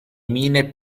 mine